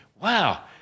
wow